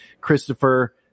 Christopher